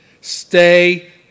stay